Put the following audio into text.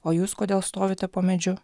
o jūs kodėl stovite po medžiu